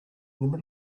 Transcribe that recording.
middle